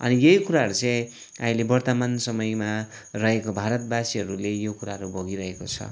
अनि यही कुराहरू चाहिँ अहिले वर्तमान समयमा रहेको भारतवासीहरूले यो कुराहरू भोगिरहेको छ